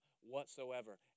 whatsoever